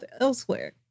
elsewhere